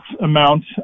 amount